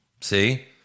see